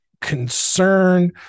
concern